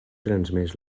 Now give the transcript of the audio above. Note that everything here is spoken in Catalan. transmès